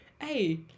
Hey